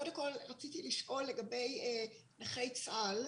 קודם כול, רציתי לשאול לגבי נכי צה"ל,